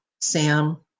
Sam